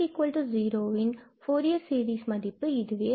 𝑥0ன் Fourier சீரிஸின் மதிப்பு ஆகும்